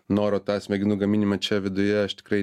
noro tą smegenų gaminimą čia viduje aš tikrai